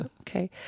Okay